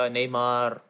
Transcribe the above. Neymar